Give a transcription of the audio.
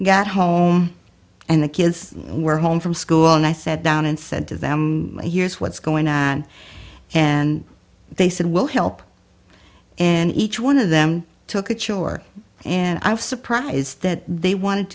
got home and the kids were home from school and i sat down and said to them here's what's going on and they said we'll help and each one of them took a chore and i was surprised that they wanted